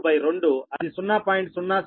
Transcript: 2 by 2 అది 0